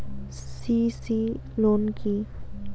CC loan কি?